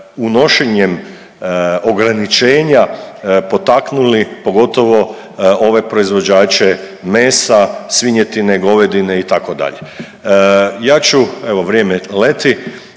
unošenjem ograničenja potaknuli pogotovo ove proizvođače mesa, svinjetine, govedine itd. Ja ću, evo vrijeme leti,